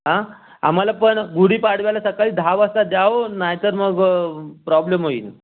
आं आम्हाला पण गुढीपाडव्याला सकाळी दहा वाजता द्या हो नाहीतर मग मग प्रॉब्लेम होईल